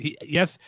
yes